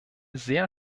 sehr